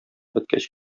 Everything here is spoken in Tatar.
беткәч